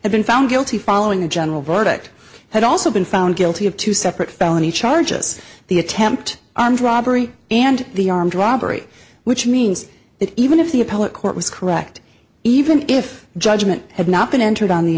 have been found guilty following a general verdict had also been found guilty of two separate felony charges the attempt armed robbery and the armed robbery which means that even if the appellate court was correct even if judgment had not been entered on the